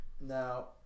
now